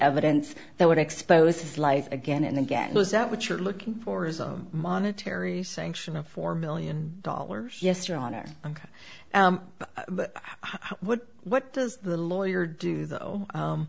evidence that would expose his life again and again was that what you're looking for is a monetary sanction of four million dollars yes your honor but what what does the lawyer do though